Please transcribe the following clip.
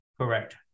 correct